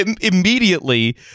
immediately